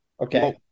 Okay